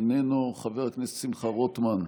איננו, חבר הכנסת שמחה רוטמן,